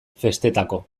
festetako